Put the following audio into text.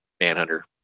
Manhunter